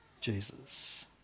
Jesus